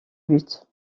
but